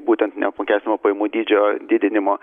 būtent neapmokestinamo pajamų dydžio didinimo